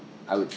I would